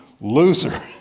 loser